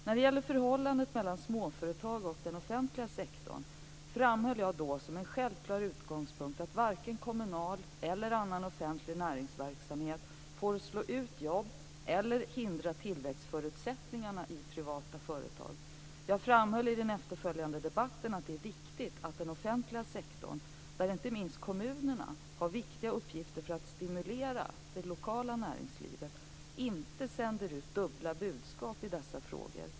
När det gäller förhållandet mellan småföretag och den offentliga sektorn framhöll jag som en självklar utgångspunkt att varken kommunal eller annan offentlig näringsverksamhet får slå ut jobb eller hindra tillväxtförutsättningarna i privata företag. Jag framhöll i den efterföljande debatten att det är viktigt att den offentliga sektorn - där inte minst kommunerna har viktiga uppgifter för att stimulera det lokala näringslivet - inte sänder ut dubbla budskap i dessa frågor.